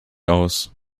aus